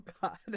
god